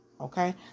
okay